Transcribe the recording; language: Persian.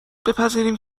بپذیریم